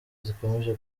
zikomeje